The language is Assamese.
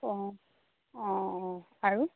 অঁ অঁ অঁ আৰু